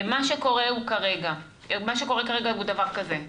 מה שקורה כרגע זה דבר כזה: